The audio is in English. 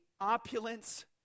opulence